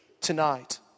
tonight